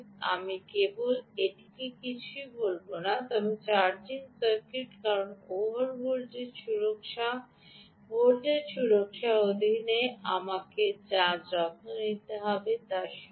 আমি কেবল এটিকে কিছুই বলব না তবে চার্জিং সার্কিট কারণ ওভার ভোল্টেজ সুরক্ষা ভোল্টেজ সুরক্ষার অধীনে আমাদের যা যত্ন নিতে হবে তার সবই